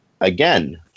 again